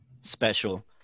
special